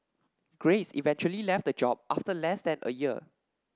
Grace eventually left the job after less than a year